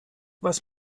was